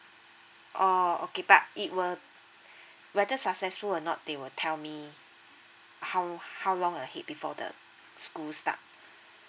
oh okay but it will whether successful or not they will tell me how how long ahead before the school start